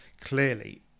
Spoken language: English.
clearly